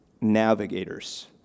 navigators